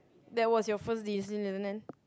that was your first